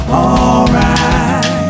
alright